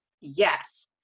Yes